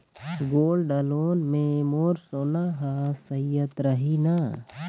Gold loan मे मोर सोना हा सइत रही न?